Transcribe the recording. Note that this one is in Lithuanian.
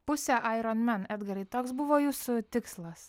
pusę aironmen edgarai toks buvo jūsų tikslas